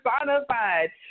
personified